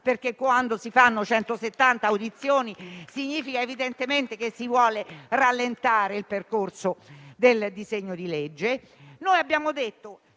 quando si fanno centosettanta audizioni significa evidentemente che si vuole rallentare il percorso del disegno di legge.